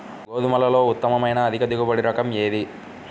గోధుమలలో ఉత్తమమైన అధిక దిగుబడి రకం ఏది?